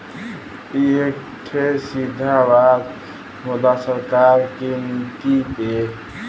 ई एक ठे सीधा वार होला सरकार की नीति पे